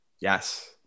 Yes